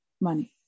money